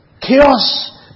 chaos